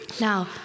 Now